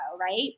right